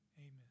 Amen